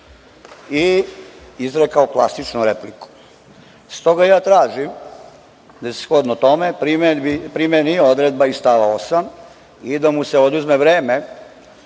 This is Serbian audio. i izrekao klasičnu repliku. Stoga ja tražim da se shodno tome primeni odredba iz stava 8. i da mu se oduzme vreme